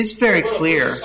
s very clear